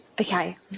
Okay